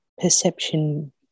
perception